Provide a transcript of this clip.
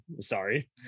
Sorry